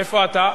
איפה אתה?